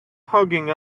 hugging